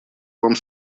вам